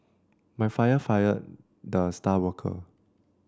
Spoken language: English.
my father fired the star worker